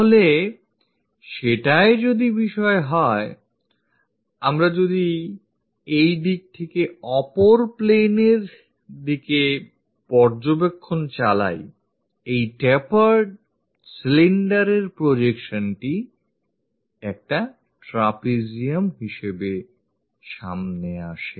তাহলে সেটাই যদি বিষয় হয় আমরা এই দিক থেকে অপর plane এর দিকে পর্যবেক্ষণ চালালে এই taper cylinder এর projectionটি এক trapezium হিসেবে সামনে আসে